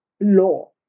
law